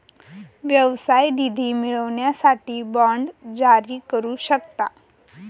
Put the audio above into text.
व्यवसाय निधी मिळवण्यासाठी बाँड जारी करू शकता